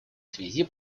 связи